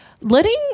letting